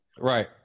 right